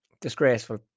Disgraceful